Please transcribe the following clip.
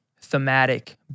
thematic